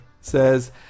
says